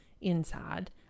inside